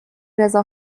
رضا